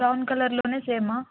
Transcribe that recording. brown కలర్లో సేమా